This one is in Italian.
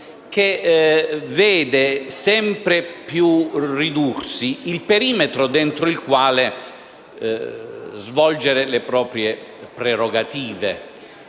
che vede sempre di più ridursi il perimetro entro il quale svolgere le proprie prerogative,